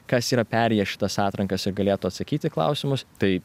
kas yra perėję šitas atrankas ir galėtų atsakyti į klausimus tai